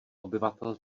obyvatel